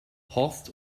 horst